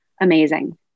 amazing